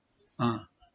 ah